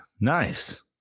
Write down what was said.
Nice